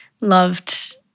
loved